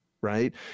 right